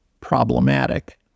problematic